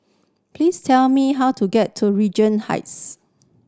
please tell me how to get to Regent Heights